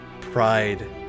pride